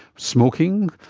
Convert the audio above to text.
smoking,